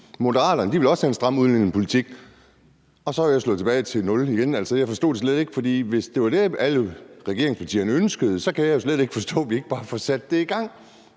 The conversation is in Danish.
Moderaterne vil også have en strammere udlændingepolitik, og så er jeg igen slået tilbage til nul, og jeg forstår det slet ikke. For hvis det var det, alle regeringspartierne ønskede, så kan jeg jo slet ikke forstå, at vi ikke bare får sat det i gang.